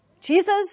Jesus